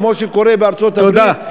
כמו שקורה בארצות-הברית,